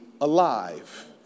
alive